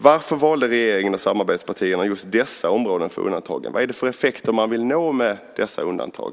Varför valde regeringen och samarbetspartierna just dessa områden för undantagen? Vad är det för effekter man vill nå med dessa undantag?